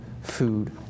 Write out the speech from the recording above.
food